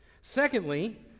secondly